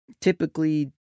typically